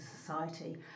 society